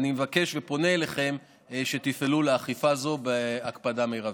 ואני מבקש ופונה אליכם שתפעלו לאכיפה זו בהקפדה מרבית.